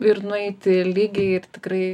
ir nueiti lygiai ir tikrai